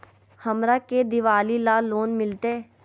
हमरा के दिवाली ला लोन मिलते?